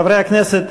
חברי הכנסת,